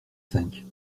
cinq